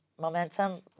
momentum